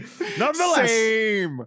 Nonetheless